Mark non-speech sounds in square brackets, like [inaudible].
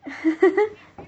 [laughs]